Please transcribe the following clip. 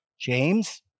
James